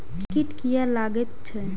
कीट किये लगैत छै?